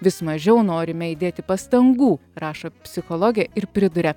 vis mažiau norime įdėti pastangų rašo psichologė ir priduria